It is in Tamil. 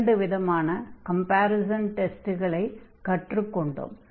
இரண்டு விதமான கம்பேரிஸன் டெஸ்ட்களை கற்றுக் கொண்டோம்